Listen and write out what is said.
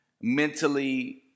Mentally